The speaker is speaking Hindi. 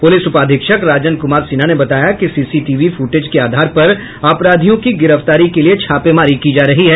पुलिस उपाधीक्षक राजन कुमार सिन्हा ने बताया कि सीसी टीवी फूटेज के आधार पर अपराधियों की गिरफ्तारी के लिए छापेमारी की जा रही है